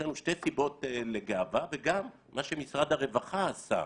יש לנו שתי סיבות לגאווה וגם מה שמשרד הרווחה עשה,